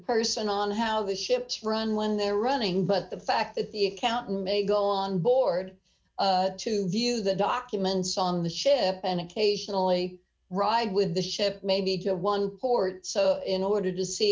person on how the ships from one they're running but the fact that the accountant may go along board to view the document song the ship and occasionally ride with the ship maybe to one port so in order to see